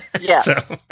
Yes